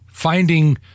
Finding